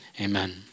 Amen